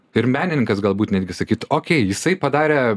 ir menininkas galbūt netgi sakytų o jisai padarė